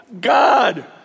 God